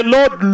Lord